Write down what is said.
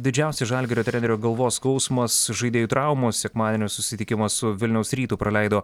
didžiausi žalgirio trenerio galvos skausmas žaidėjų traumos sekmadienio susitikimą su vilniaus rytu praleido